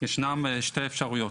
ישנן שתי אפשרויות.